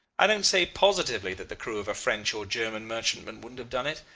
i don't say positively that the crew of a french or german merchantman wouldn't have done it,